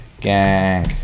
gang